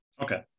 Okay